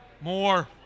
More